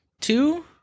two